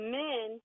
men